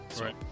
Right